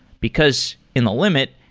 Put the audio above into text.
because in a limit,